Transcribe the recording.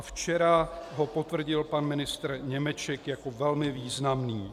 Včera ho potvrdil pan ministr Němeček jako velmi významný.